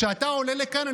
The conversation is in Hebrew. כשאתה עולה לכאן,